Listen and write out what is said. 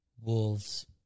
wolves